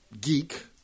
geek-